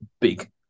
big